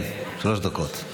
כן, שלוש דקות.